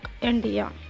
India